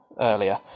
earlier